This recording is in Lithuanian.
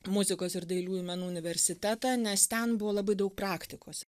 muzikos ir dailiųjų menų universitetą nes ten buvo labai daug praktikos